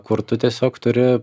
kur tu tiesiog turi